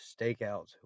stakeouts